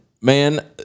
man